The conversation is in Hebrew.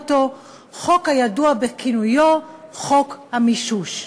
חוק הידוע בכינויו חוק המישוש.